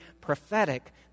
prophetic